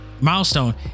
Milestone